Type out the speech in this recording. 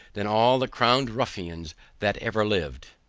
than all the crowned ruffians that ever lived.